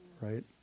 right